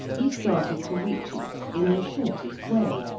he started to reach it in the shortest way,